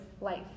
life